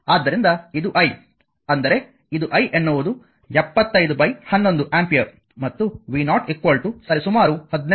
ಆದ್ದರಿಂದ ಇದು i ಅಂದರೆ ಇದು i ಎನ್ನುವುದು 7511 ಆಂಪಿಯರ್ ಮತ್ತು v0 ಸರಿಸುಮಾರು 18